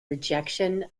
rejection